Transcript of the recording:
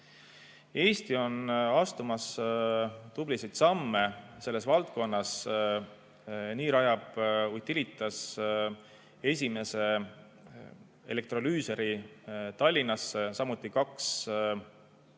Eesti on astumas tublisid samme selles valdkonnas. Näiteks rajab Utilitas esimese elektrolüüseri Tallinnasse, samuti kaks